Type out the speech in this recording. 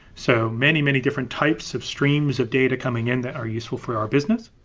so many many different types of streams of data coming in that are useful for our business.